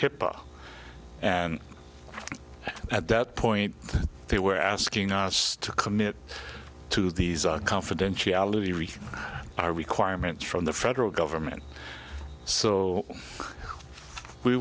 hipaa and at that point they were asking us to commit to these our confidentiality rethink our requirements from the federal government so we